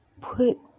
put